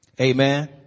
Amen